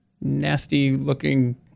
nasty-looking